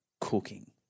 cooking